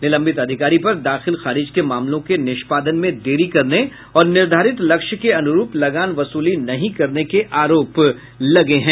निलंबित अधिकारी पर दाखिल खारिज के मामलों के निष्पादन में देरी करने और निर्धारित लक्ष्य के अनुरूप लगान वसूली नहीं करने के आरोप लगे हैं